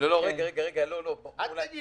תשוו את